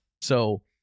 So-